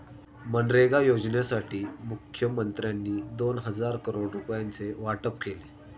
मनरेगा योजनेसाठी मुखमंत्र्यांनी दोन हजार करोड रुपयांचे वाटप केले